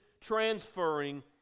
transferring